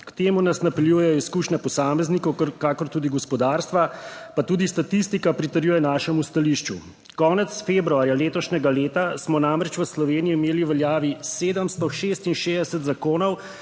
K temu nas napeljujejo izkušnje posameznikov kakor tudi gospodarstva, pa tudi statistika pritrjuje našemu stališču. Konec februarja letošnjega leta smo namreč v Sloveniji imeli v veljavi 766 zakonov